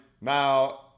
Now